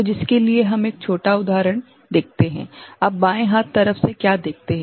तो जिसके लिए हम एक छोटा उदाहरण देखते हैं आप बाएं हाथ तरफ से क्या देखते हैं